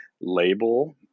label